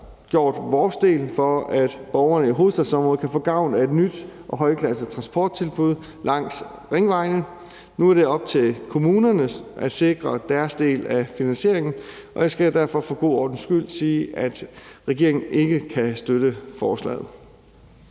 gjort vores del, for at borgerne i hovedstadsområdet kan få gavn af et nyt højklassestransporttilbud langs ringvejene, og nu er det op til kommunernes at sikre deres del af finansieringen, og jeg skal derfor for en god ordens skyld sige, at regeringen ikke kan støtte forslaget.